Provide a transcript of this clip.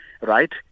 right